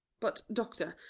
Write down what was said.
but, doctor,